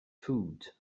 food